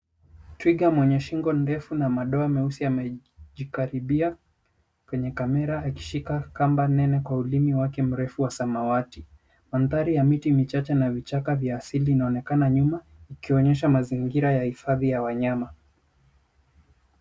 Twiga mwenye shingo ndefu na madoa meusi amejikaribia kwenye kamera akishika kamba nene kwa ulimi wake mrefu wa samawati. Mandhari ya miti michache na vichaka vya asili inaonekana nyuma ikionyesha mazingira ya hifadhi ya wanyama.